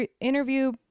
interview